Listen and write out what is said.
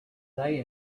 they